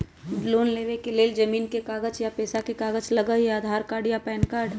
Loan लेवेके लेल जमीन के कागज या पेशा के कागज लगहई या आधार कार्ड या पेन कार्ड?